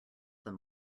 them